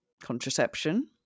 contraception